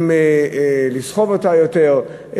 לסחוב אותו יותר,